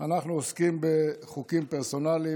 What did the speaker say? אנחנו עוסקים בחוקים פרסונליים,